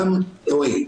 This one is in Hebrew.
גם לרועי,